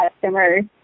customers